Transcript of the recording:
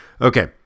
Okay